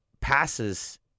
passes